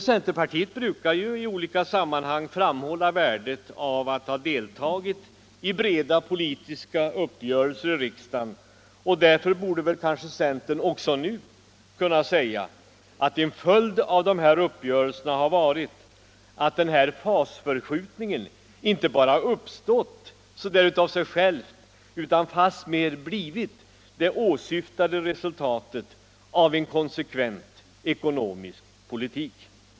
Centerpartiet brukar ju i olika sammanhang framhålla värdet av att ha deltagit i breda politiska uppgörelser i riksdagen, och därför borde väl centern också nu kunna säga att en följd av dessa uppgörelser har varit att den här fasförskjutningen inte bara uppstått av sig själv utan fastmer blivit det åsyftade resultatet av en konsekvent ekonomisk politik.